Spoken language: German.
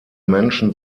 menschen